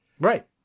Right